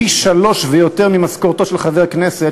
פי-שלושה ויותר ממשכורתו של חבר כנסת,